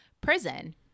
prison